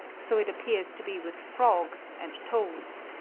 so it appears to be with frogs and toads.